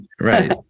right